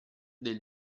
del